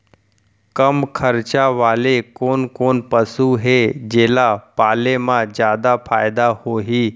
कम खरचा वाले कोन कोन पसु हे जेला पाले म जादा फायदा होही?